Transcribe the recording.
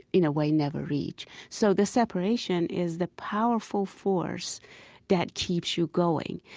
in a way, never reach. so the separation is the powerful force that keeps you going.